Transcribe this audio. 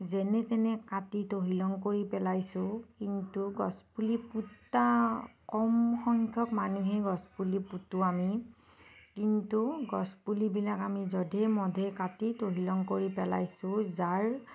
যেনে তেনে কাটি তহিলং কৰি পেলাইছোঁ কিন্তু গছপুলি পোতা কমসংখ্য়ক মানুহেই গছপুলি পোতো আমি কিন্তু গছপুলিবিলাক আমি যধে মধে কাটি তহিলং কৰি পেলাইছোঁ যাৰ